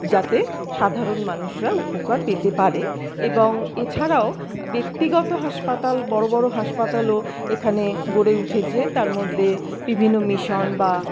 যাতে সাধারণ মানুষরা উপকার পেতে পারে এবং এছাড়াও ব্যক্তিগত হাসপাতাল বড় বড় হাসপাতালও এখানে গড়ে উঠেছে তার মধ্যে বিভিন্ন মিশন বা